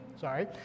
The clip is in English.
Sorry